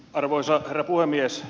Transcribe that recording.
arvoisa herra puhemies